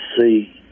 see